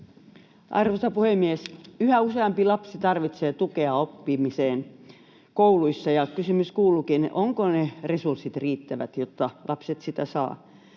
Arvoisa puhemies! Yhä useampi lapsi tarvitsee tukea oppimiseen kouluissa, ja kysymys kuuluukin: ovatko ne resurssit riittävät, jotta lapset sitä saavat?